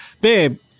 Babe